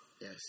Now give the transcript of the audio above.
Yes